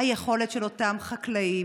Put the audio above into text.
היכולת של אותם חקלאים,